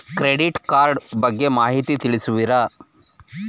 Credit card ಬಗ್ಗೆ ಮಾಹಿತಿ ತಿಳಿಸುವಿರಾ?